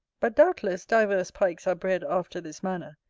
but, doubtless, divers pikes are bred after this manner,